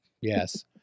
Yes